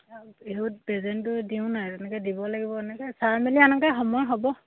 বিহুত প্ৰেজেণ্টো দিওঁ নাই তেনেকে দিব লাগিব এনেকে চাই মেলি আনোঁতে সময় হ'ব